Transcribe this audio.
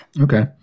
Okay